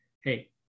hey